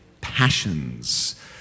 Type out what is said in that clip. passions